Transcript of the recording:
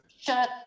shut